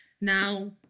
Now